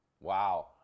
Wow